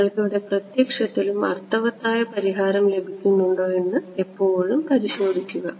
നിങ്ങൾക്ക് ഇവിടെ പ്രത്യക്ഷത്തിലും അർത്ഥവത്തായ പരിഹാരം ലഭിക്കുന്നുണ്ടോ എന്ന് എപ്പോഴും പരിശോധിക്കുക